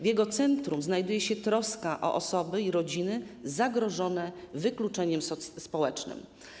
W jego centrum znajduje się troska o osoby i rodziny zagrożone wykluczeniem społecznym.